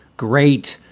great.